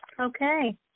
Okay